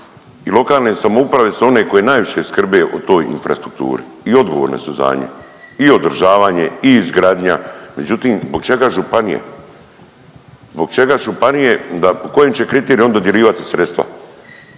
I lokalne samouprave su one koje najviše skrbe o toj infrastrukturi i odgovorne su za nju i održavanje i izgradnja. Međutim, zbog čega županije? Zbog čega županije? Po kojim će kriterijima oni dodjeljivati sredstva?